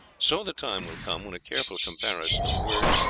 so the time will come when a careful comparison of words,